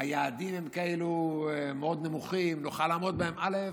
היעדים הם כאלה נמוכים, נוכל לעמוד בהם, א.